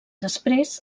després